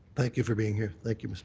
thank you for being here. thank you.